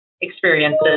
experiences